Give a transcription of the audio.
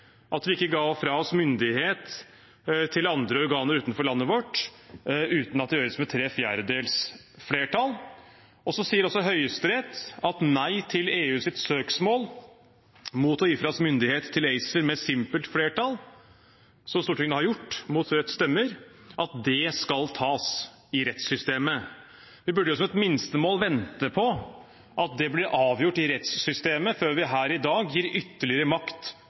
at vi ikke ga fra oss myndighet til andre organer utenfor landet vårt uten at det gjøres med tre fjerdedels flertall. Så sier også Høyesterett at Nei til EUs søksmål mot å gi fra oss myndighet til ACER med simpelt flertall – som Stortinget har gjort, mot Rødts stemmer – skal tas i rettssystemet. Vi burde som et minstemål vente på at det blir avgjort i rettssystemet før vi her i dag gir ytterligere makt